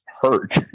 hurt